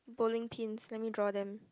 bowling pins let me draw them